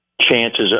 chances